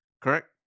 Correct